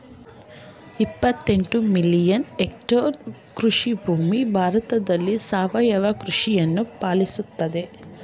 ಇಪ್ಪತ್ತೆಂಟು million hectare ಕೃಷಿಭೂಮಿ ಭಾರತದಲ್ಲಿ ಸಾವಯವ ಕೃಷಿಯನ್ನು ಪಾಲಿಸುತ್ತಿದೆ